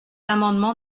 amendement